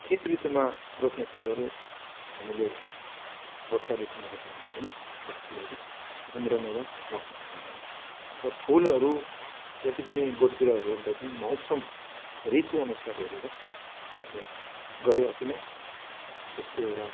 शीत ऋतुमा रोप्ने फुलहरू हामीले वर्षा ऋतुमा रोप्यौँ भने पनि त्यो फुलहरू उम्रनु र बाँच्नु सक्दैन र फुलहरू जति पनि बोट बिरुवाहरू रोप्दा चाहिँ मौसम ऋतु अनुसार हेरेर रोप्ने गरे अति नै त्यसको एउटा